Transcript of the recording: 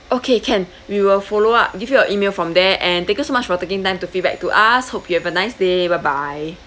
okay can we will follow up give you a email from there and thank you so much for taking time to feedback to us hope you have a nice day bye bye